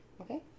Okay